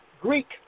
Greek